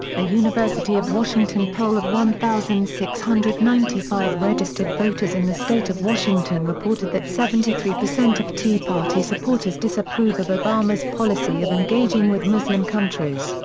a university of washington poll of one thousand six hundred and ninety five registered voters in the state of washington reported that seventy three percent of tea party supporters disapprove of obama's policy of engaging with muslim countries,